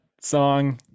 song